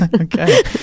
Okay